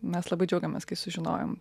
mes labai džiaugėmės kai sužinojom